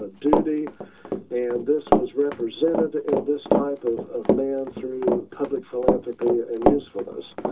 ah duty and this was represented in this type of of man through public philanthropy and usefulness,